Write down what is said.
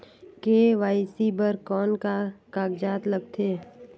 KYC बर कौन का कागजात लगथे?